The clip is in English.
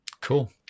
Cool